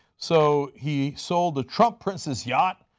so he sold the trump princess yacht,